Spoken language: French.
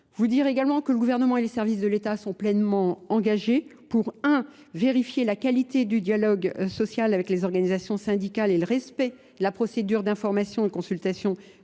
Vous dire également que le gouvernement et les services de l'État sont pleinement engagés pour un, vérifier la qualité du dialogue social avec les organisations syndicales et le respect de la procédure d'information et consultation